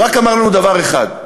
הוא רק אמר לנו דבר אחד,